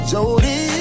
Jody